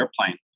airplane